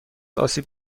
آسیب